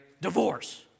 Divorce